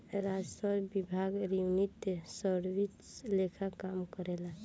राजस्व विभाग revenue service लेखा काम करेला